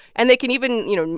and they can even, you know,